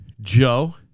Joe